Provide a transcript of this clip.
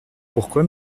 pourquoi